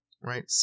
right